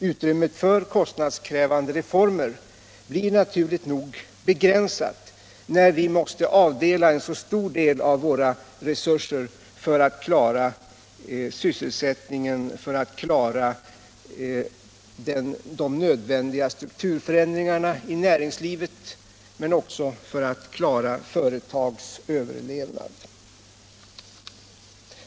Utrymmet för kostnadskrävande reformer blir naturligt nog begränsat, när vi måste avsätta en så stor del av våra resurser för att klara sysselsättningen och de nödvändiga strukturförändringarna i näringslivet men också för att klara företagens överlevnad.